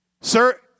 Sir